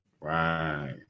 Right